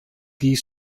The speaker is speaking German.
die